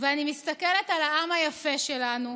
ואני מסתכלת על העם היפה שלנו,